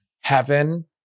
heaven